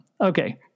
Okay